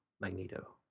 Magneto